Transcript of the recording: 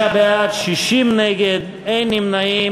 46 בעד, 60 נגד, אין נמנעים.